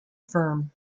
firm